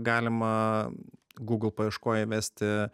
galima google paieškoj įvesti